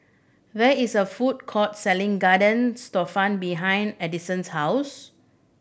there is a food court selling Garden Stroganoff behind Adison's house